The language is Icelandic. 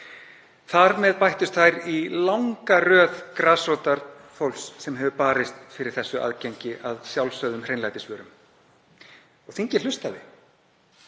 Þar með bættust þær í langa röð grasrótarfólks sem barist hefur fyrir þessu aðgengi að sjálfsögðum hreinlætisvörum. Og þingið hlustaði.